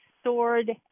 stored